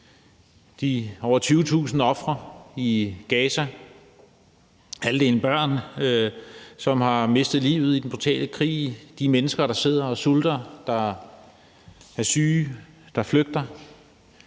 de over 20.000 ofre i Gaza, hvoraf halvdelen er børn, som har mistet livet i den brutale krig. Det er de mennesker, der sidder og sulter, der er syge, der flygter.